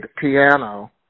piano